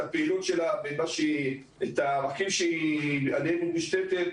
הפעילות שלה ואת הערכים שעליה היא מושתת.